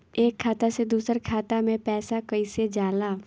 एक खाता से दूसर खाता मे पैसा कईसे जाला?